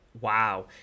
Wow